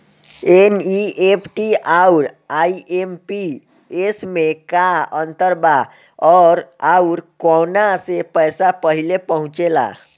NEFT आउर IMPS मे का अंतर बा और आउर कौना से पैसा पहिले पहुंचेला?